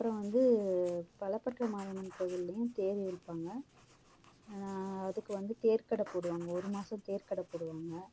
அப்புறம் வந்து பலபட்றை மாரியம்மன் கோவில்லேயும் தேர் இழுப்பாங்க அதுக்கு வந்து தேர் கடை போடுவாங்க ஒரு மாசம் தேர் கடை போடுவாங்க